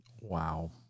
Wow